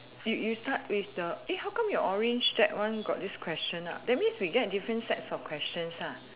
you you start with the eh how come your orange deck one got this question ah that means we get different sets of questions ah